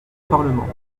parlement